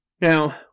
Now